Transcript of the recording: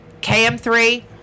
KM3